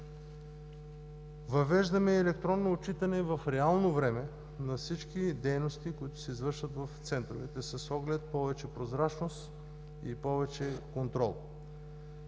Въвеждаме електронно отчитане в реално време на всички дейности, които се извършват в центровете с оглед повече прозрачност и повече контрол.